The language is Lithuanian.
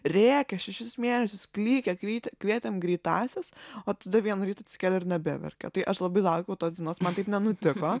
rėkia šešis mėnesius klykia klykia kvietėm greitąsias o tada vieną rytą atsikėlė ir nebeverkė tai aš labai laukiau tos dienos man taip nenutiko